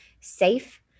safe